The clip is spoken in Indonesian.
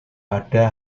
pada